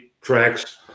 tracks